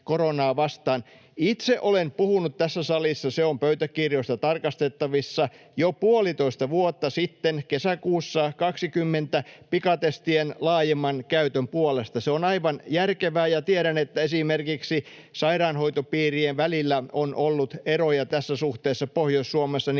Itse olen puhunut tässä salissa — se on pöytäkirjoista tarkastettavissa — jo puolitoista vuotta sitten, kesäkuussa 20, pikatestien laajemman käytön puolesta. Se on aivan järkevää, ja tiedän, että esimerkiksi sairaanhoitopiirien välillä on ollut eroja tässä suhteessa. Pohjois-Suomessa